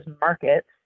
markets